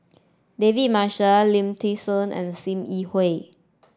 David Marshall Lim Thean Soo and Sim Yi Hui